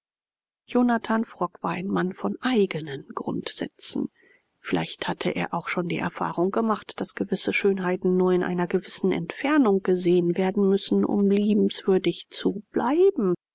jonathan frock war ein mann von eigenen grundsätzen vielleicht hatte er auch schon die erfahrung gemacht daß gewisse schönheiten nur in einer gewissen entfernung gesehen werden müssen um liebenswürdig zu bleiben